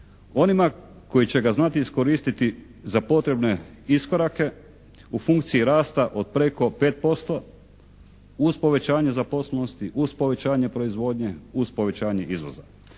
Onima koji će ga znati iskoristiti za potrebne iskorake u funkciji rasta od preko 5% uz povećanje zaposlenosti, uz povećanje proizvodnje, uz povećanje izvoza.